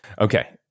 Okay